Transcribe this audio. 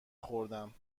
خوردم